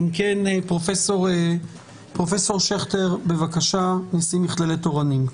אם כן, פרופסור שכטר, בבקשה, נשיא מכללת "אורנים".